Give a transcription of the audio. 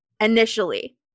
initially